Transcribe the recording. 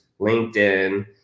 LinkedIn